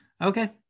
Okay